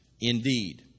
indeed